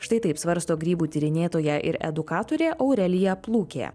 štai taip svarsto grybų tyrinėtoja ir edukatorė aurelija plūkė